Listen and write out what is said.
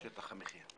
שטח המחיה.